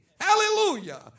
Hallelujah